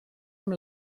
amb